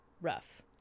rough